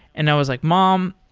and i was like, mom,